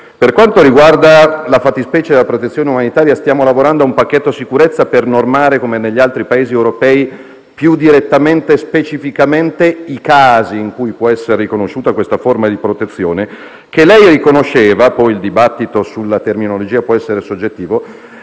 Per quanto riguarda le fattispecie della protezione umanitaria, stiamo lavorando a un pacchetto sicurezza per normare, come negli altri Paesi europei, più direttamente e specificamente i casi in cui può essere riconosciuta questa forma di protezione, che, come lei ha ammesso, senatrice De Petris - il dibattito sulla terminologia può essere soggettivo